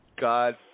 God